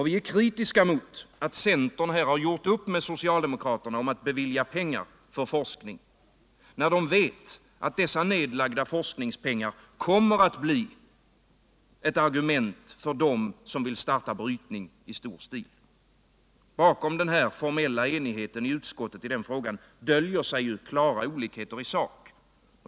Vi är kritiska mot att centern här gjort upp med socialdemokraterna om att bevilja pengar för forskning, när man vet att dessa nedlagda forskningspengar kommer att bli ett argument för dem som vill starta brytning i stor stil. Bakom den formella enigheten i utskottet i denna fråga döljer sig klara olikheter i sak.